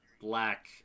black